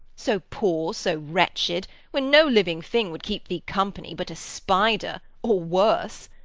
so poor, so wretched, when no living thing would keep thee company, but a spider, or worse?